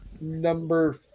number